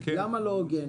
למה לא הוגן?